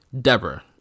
Deborah